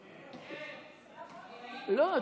לא.